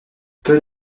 peu